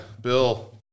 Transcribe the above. Bill